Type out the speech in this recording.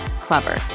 Clever